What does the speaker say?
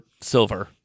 Silver